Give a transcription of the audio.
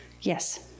Yes